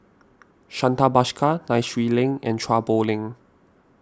Santha Bhaskar Nai Swee Leng and Chua Poh Leng